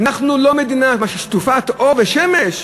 אנחנו לא מדינה שטופת אור ושמש?